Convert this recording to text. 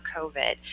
COVID